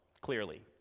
clearly